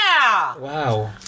Wow